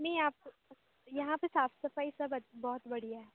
नहीं आप यहाँ पर साफ सफाई सब बहुत बढ़िया है